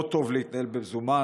לא טוב להתנהל במזומן,